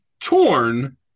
Torn